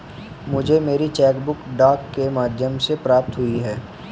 मुझे मेरी chequebook डाक के माध्यम से प्राप्त हुई है